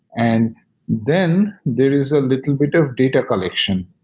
and then there is a little bit of data collection.